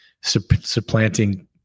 supplanting